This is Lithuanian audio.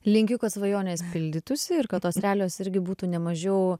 linkiu kad svajonės pildytųsi ir kad tos realios irgi būtų ne mažiau